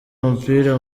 umupira